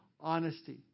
honesty